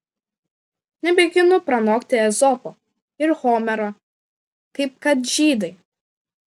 nemėginu pranokti ezopo ir homero kaip kad žydai